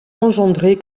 engendrer